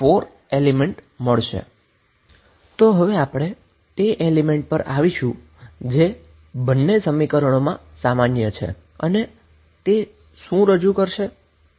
તો હવે આપણે તે એલીમેનન્ટ પર આવીશું જે બંને સમીકરણોમાં સામાન્ય છે અને તે શું રજૂ કરશે